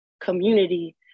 community